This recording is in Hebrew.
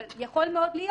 אבל יכול מאוד להיות